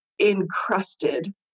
encrusted